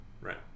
Right